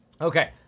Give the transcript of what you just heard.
Okay